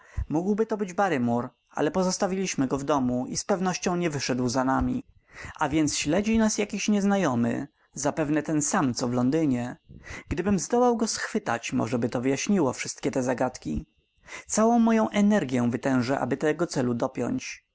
mógłby to być barrymore ale pozostawiliśmy go w domu i z pewnością nie wyszedł za nami a więc śledzi nas jakiś nieznajomy zapewne ten sam co w londynie gdybym zdołał go schwytać możeby to wyjaśniło wszystkie te zagadki całą moją energię wytężę aby tego celu dopiąć